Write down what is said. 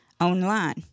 online